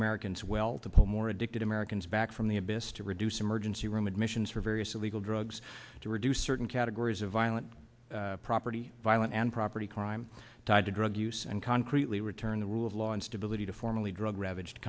americans well to pull more addicted americans back from the abyss to reduce emergency room admissions for various illegal drugs to reduce certain categories of violent property violent and property crime tied to drug use and concretely return the rule of law and stability to formally drug ravaged